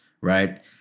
right